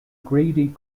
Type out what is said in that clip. greedy